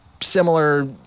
similar